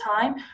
time